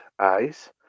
eyes